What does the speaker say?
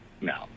no